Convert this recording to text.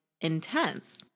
intense